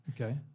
Okay